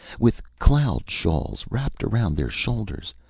with cloud-shawls wrapped around their shoulders,